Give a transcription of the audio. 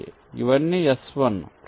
ఇవన్నీ S1